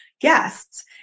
guests